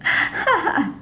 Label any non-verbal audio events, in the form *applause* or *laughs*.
*laughs*